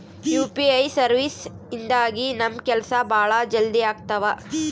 UPI services ಇಂದಾಗಿ ನಮ್ ಕೆಲ್ಸ ಭಾಳ ಜಲ್ದಿ ಅಗ್ತವ